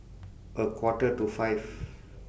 A Quarter to five